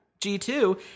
G2